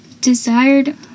desired